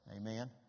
amen